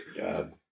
God